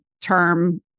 term